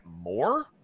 more